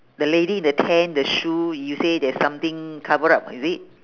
the lady in the tent the shoe you say there's something cover up is it